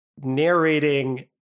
narrating